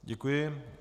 Děkuji.